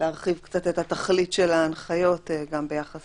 להרחיב קצת את התכלית של ההנחיות גם ביחס